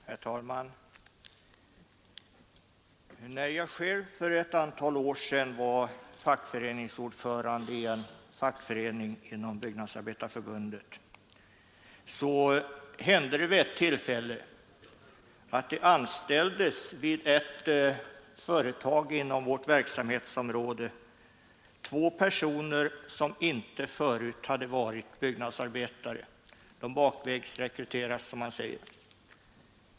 Herr talman! När jag själv för ett antal år sedan var fackföreningsordförande i en fackförening inom Byggnadsarbetareförbundet hände det att det vid ett företag inom vårt verksamhetsområde vid ett tillfälle anställdes två personer som inte förut hade varit byggnadsarbetare. De bakvägsrekryterades, som man säger.